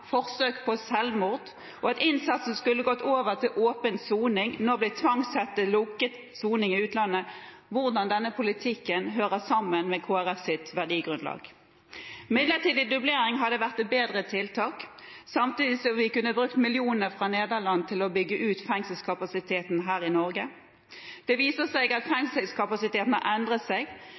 forsøk på selvmord, og at innsatte som skulle gått over til åpen soning, nå blir tvangssendt til lukket soning i utlandet, hører sammen med Kristelig Folkepartis verdigrunnlag. Midlertidig dublering hadde vært et bedre tiltak, samtidig som vi kunne brukt millioner fra Nederland til å bygge ut fengselskapasiteten her i Norge. Det viser seg at fengselskapasiteten har endret seg.